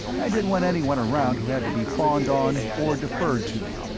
i didn't want anyone around who had to be fawned on, or deferred to,